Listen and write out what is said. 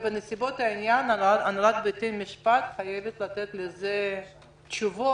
בנסיבות העניין הנהלת בתי המשפט חייבת לתת לזה תשובות,